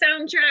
soundtrack